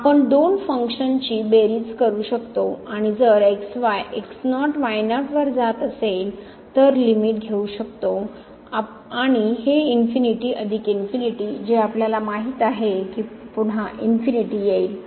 आपण दोन फंक्शन्सची बेरीज करू शकतो आणि जर वर जात असेल तर लिमिट घेऊ शकतो आणि हे इन्फिनीटी अधिक इन्फिनीटी जे आपल्याला माहित आहे की ते पुन्हा इन्फिनीटी येईल